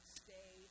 stay